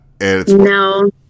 No